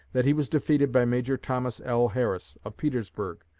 that he was defeated by major thomas l. harris, of petersburg,